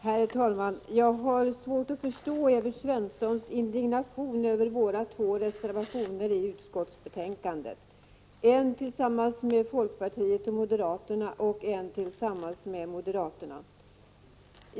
Herr talman! Jag har svårt att förstå Evert Svenssons indignation över våra två reservationer — en tillsammans med folkpartiet och moderaterna och en tillsammans med moderaterna.